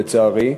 לצערי,